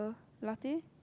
the Latte